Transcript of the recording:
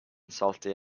salty